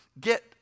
get